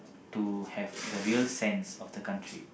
to have the real sense of the country